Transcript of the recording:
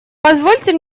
позвольте